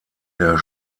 der